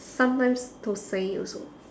sometimes thosai also